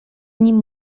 nim